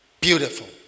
Beautiful